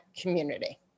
community